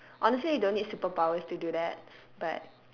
honestly you don't need superpowers to do that but